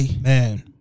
Man